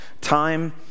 time